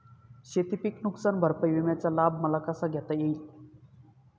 शेतीपीक नुकसान भरपाई विम्याचा लाभ मला कसा घेता येईल?